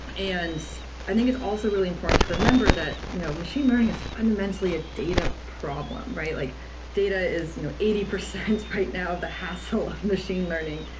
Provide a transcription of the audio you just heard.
and i think it's also really important to remember that you know machine learning is fundamentally a data problem. like data is you know eighty percent right now of the hassle of machine learning,